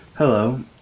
Hello